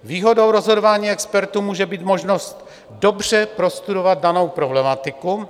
Výhodou rozhodování expertů může být možnost dobře prostudovat danou problematiku.